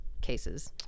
cases